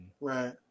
Right